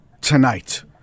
tonight